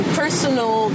personal